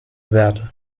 verde